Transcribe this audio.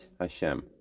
Hashem